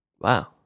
Wow